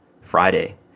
Friday